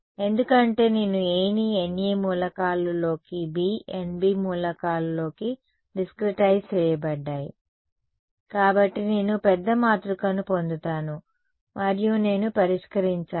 ఎందుకంటే నేను Aని NA మూలకాలు లోకి B NB మూలకాలులోకి డిస్క్రెటైజ్ చేయబడ్డాయి కాబట్టి నేను పెద్ద మాతృకను పొందుతాను మరియు నేను పరిష్కరించాను